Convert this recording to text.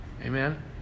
Amen